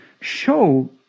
show